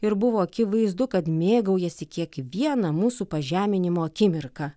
ir buvo akivaizdu kad mėgaujasi kiekviena mūsų pažeminimo akimirka